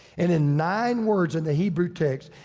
and in nine words in the hebrew text,